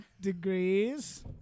degrees